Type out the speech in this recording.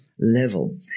level